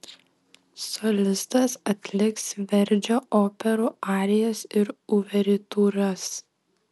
solistas atliks verdžio operų arijas ir uvertiūras